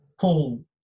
Paul